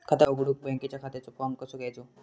खाता उघडुक बँकेच्या खात्याचो फार्म कसो घ्यायचो?